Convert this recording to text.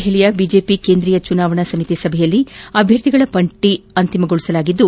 ದೆಪಲಿಯ ಬಿಜೆಪಿ ಕೇಂದ್ರೀಯ ಚುನಾವಣಾ ಸಮಿತಿ ಸಭೆಯಲ್ಲಿ ಅರ್ಧರ್ಥಿಗಳ ಪಟ್ಟ ಅಂತಿಮಗೋಸಲಾಗಿದ್ದು